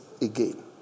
again